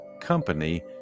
company